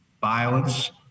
violence